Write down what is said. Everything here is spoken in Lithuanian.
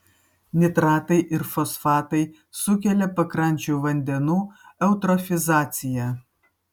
nitratai ir fosfatai sukelia pakrančių vandenų eutrofizaciją